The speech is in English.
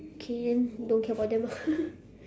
K then don't care about them ah